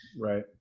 Right